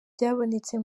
byabonetse